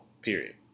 period